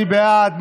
מי בעד?